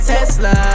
Tesla